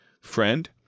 Friend